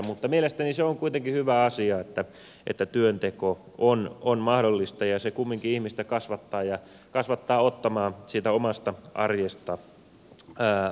mutta mielestäni se on kuitenkin hyvä asia että työnteko on mahdollista ja se kumminkin ihmistä kasvattaa ja kasvattaa ottamaan siitä omasta arjesta vastuuta